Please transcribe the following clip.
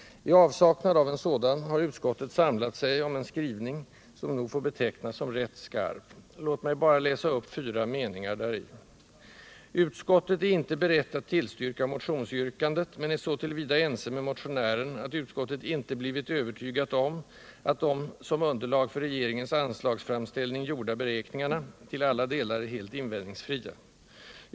I avsaknad av en sådan har utskottet samlat sig om en skrivning, som nog får betecknas som rätt skarp. Låt mig bara läsa upp fyra meningar däri: ”Utskottet är inte berett tillstyrka motionsyrkandet, men är så till vida ense med motionären att utskottet inte blivit övertygat om att de som underlag för regeringens anslagsframställning gjorda beräkningarna till alla delar är helt invändningsfria.